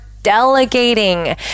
delegating